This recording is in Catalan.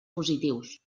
positius